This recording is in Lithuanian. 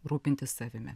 rūpintis savimi